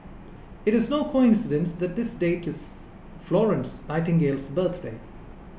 it is no coincidence that this date is Florence Nightingale's birthday